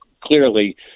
clearly